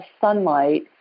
sunlight